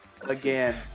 again